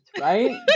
right